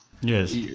Yes